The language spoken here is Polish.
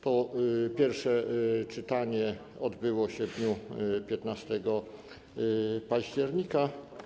To pierwsze czytanie odbyło się w dniu 15 października.